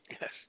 Yes